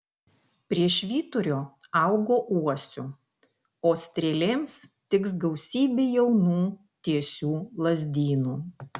prie švyturio augo uosių o strėlėms tiks gausybė jaunų tiesių lazdynų